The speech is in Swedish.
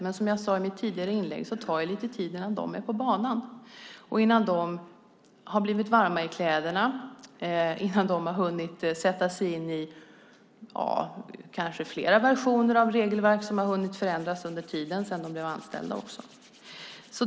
Men som jag sade i mitt tidigare inlägg tar det lite tid innan de är på banan, har hunnit bli varma i kläderna och har hunnit sätta sig in i kanske flera versioner av regelverk som har hunnit förändras sedan de blev anställda.